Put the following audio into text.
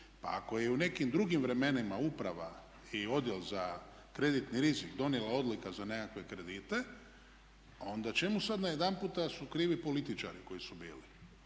Pa ako je i u nekim drugim vremenima uprava i odjel za kreditni rizik donio odluku za nekakve kredite, onda čemu sad najedanputa su krivi političari koji su bili?